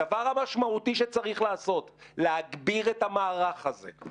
הדבר המשמעותי שצריך לעשות, להגביר את המערך הזה.